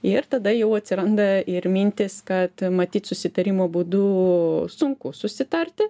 ir tada jau atsiranda ir mintys kad matyt susitarimo būdu sunku susitarti